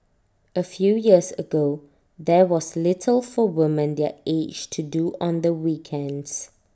A few years ago there was little for woman their age to do on the weekends